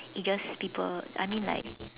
ages people I mean like